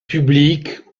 publics